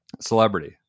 Celebrity